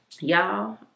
Y'all